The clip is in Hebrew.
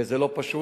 וזה לא פשוט.